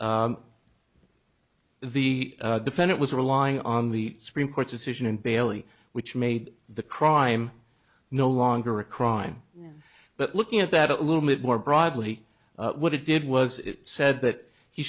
bill the defendant was relying on the supreme court's decision in bailey which made the crime no longer a crime but looking at that a little bit more broadly what it did was it said that he